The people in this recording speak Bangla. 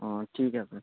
ও ঠিক আছে